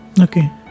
Okay